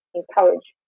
encourage